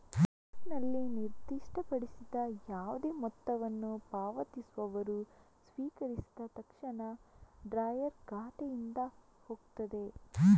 ಚೆಕ್ನಲ್ಲಿ ನಿರ್ದಿಷ್ಟಪಡಿಸಿದ ಯಾವುದೇ ಮೊತ್ತವನ್ನು ಪಾವತಿಸುವವರು ಸ್ವೀಕರಿಸಿದ ತಕ್ಷಣ ಡ್ರಾಯರ್ ಖಾತೆಯಿಂದ ಹೋಗ್ತದೆ